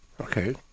Okay